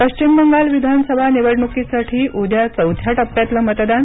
पश्चिम बंगाल विधानसभा निवडणुकीसाठी उद्या चौथ्या टप्प्यातलं मतदान